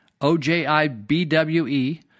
O-J-I-B-W-E